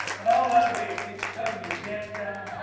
and all that weight keeps tugging your pants down.